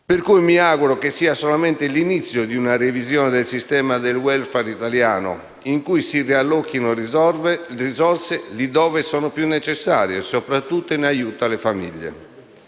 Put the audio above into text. Pertanto, mi auguro che sia solo l'inizio di una revisione del sistema del *welfare* italiano in cui si riallochino risorse laddove sono più necessarie, soprattutto in aiuto alle famiglie.